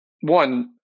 one